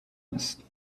است